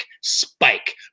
spike